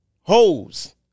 Hoes